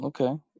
Okay